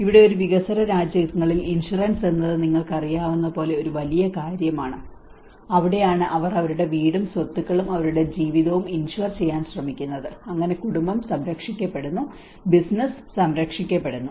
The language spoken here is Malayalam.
ഇവിടെ ഒരു വികസ്വര രാജ്യങ്ങളിൽ ഇൻഷുറൻസ് എന്നത് നിങ്ങൾക്കറിയാവുന്ന ഒരു വലിയ കാര്യമാണ് അവിടെയാണ് അവർ അവരുടെ വീടും സ്വത്തുക്കളും അവരുടെ ജീവിതവും ഇൻഷ്വർ ചെയ്യാൻ ശ്രമിക്കുന്നത് അങ്ങനെ കുടുംബം സംരക്ഷിക്കപ്പെടുന്നു ബിസിനസ്സ് സംരക്ഷിക്കപ്പെടുന്നു